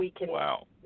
Wow